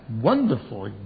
Wonderful